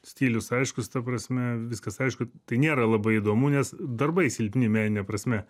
stilius aiškus ta prasme viskas aišku tai nėra labai įdomu nes darbai silpni menine prasme